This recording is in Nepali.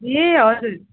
ए हजुर